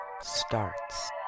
starts